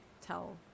tell